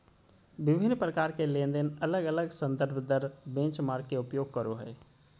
विभिन्न प्रकार के लेनदेन अलग अलग संदर्भ दर बेंचमार्क के उपयोग करो हइ